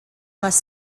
must